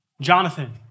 Jonathan